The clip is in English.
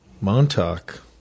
Montauk